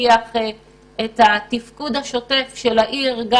שתבטיח את התפקוד של העיר אם